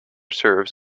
serves